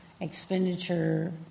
expenditure